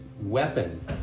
weapon